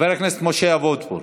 חבר הכנסת משה אבוטבול.